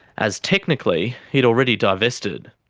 as technically he'd already divested.